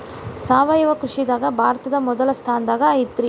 ಸಾವಯವ ಕೃಷಿದಾಗ ಭಾರತ ಮೊದಲ ಸ್ಥಾನದಾಗ ಐತ್ರಿ